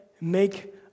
make